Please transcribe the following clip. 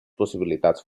possibilitats